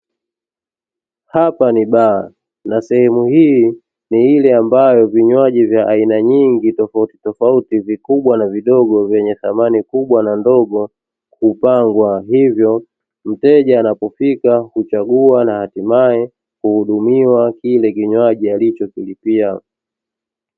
Hapa ni baa, na sehemu hii ni ile ambayo vinywaji vya aina nyingi tofautitofauti vikubwa na vidogo vyenye thamani kubwa na ndogo hupangwa, hivyo mteja anapofika huchagua na hatimae kuhudumiwa kile kinywaji alichokilipia.